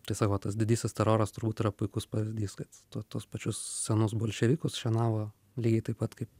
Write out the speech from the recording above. tai sako tas didysis teroras turbūt yra puikus pavyzdys kad tuos pačius senus bolševikus šienavo lygiai taip pat kaip